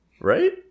Right